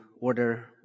order